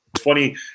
Funny